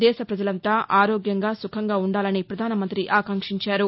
దేశ ప్రజలంతా ఆరోగ్యంగా సుఖంగా ఉండాలని ప్రధానమంత్రి ఆకాంక్షించారు